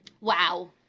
wow